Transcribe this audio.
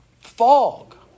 fog